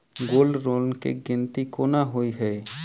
Gold loan केँ गिनती केना होइ हय?